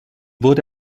wurde